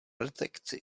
detekci